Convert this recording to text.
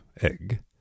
Egg